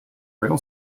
rail